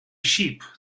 sheep